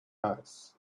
eyes